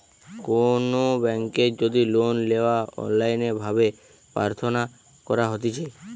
কোনো বেংকের যদি লোন লেওয়া অনলাইন ভাবে প্রার্থনা করা হতিছে